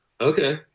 Okay